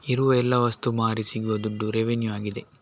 ಇರುವ ಎಲ್ಲ ವಸ್ತು ಮಾರಿ ಸಿಗುವ ದುಡ್ಡು ರೆವೆನ್ಯೂ ಆಗಿದೆ